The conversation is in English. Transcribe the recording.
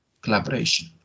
collaboration